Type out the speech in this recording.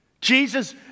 Jesus